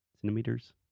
centimeters